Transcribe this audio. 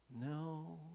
No